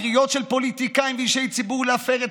הקריאות של פוליטיקאים ואישי ציבור להפר את